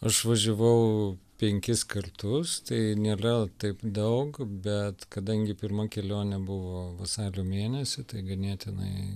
aš važiavau penkis kartus tai nėra taip daug bet kadangi pirma kelionė buvo vasario mėnesį tai ganėtinai